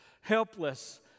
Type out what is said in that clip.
helpless